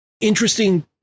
interesting